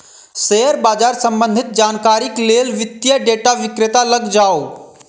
share बाजार सम्बंधित जानकारीक लेल वित्तीय डेटा विक्रेता लग जाऊ